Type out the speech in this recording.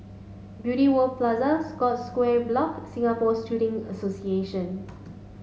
Beauty World Plaza Scotts Square Block Singapore Shooting Association